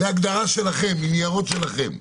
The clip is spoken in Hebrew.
זו הגדרה שלכם, מניירות שלכם.